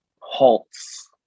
halts